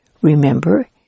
remember